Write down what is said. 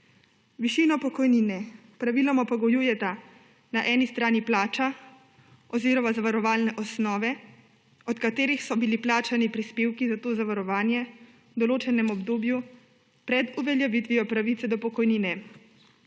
Višino pokojnine praviloma pogojujejo na eni strani plača oziroma zavarovalne osnove, od katerih so bili plačani prispevki za to zavarovanje v določenem obdobju pred uveljavitvijo pravice do pokojnine,